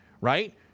right